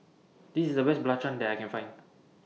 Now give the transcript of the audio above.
This IS The Best Belacan that I Can Find